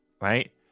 Right